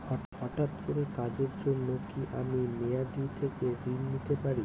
হঠাৎ কোন কাজের জন্য কি আমি মেয়াদী থেকে ঋণ নিতে পারি?